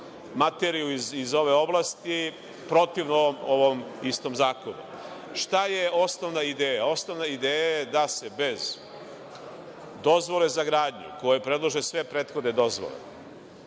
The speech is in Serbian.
materiju iz ove oblasti protivno ovom istom zakonu. Šta je osnovna ideja? Osnovna ideja je da se bez dozvole za gradnju, koja predlaže sve prethodne dozvole,